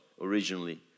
originally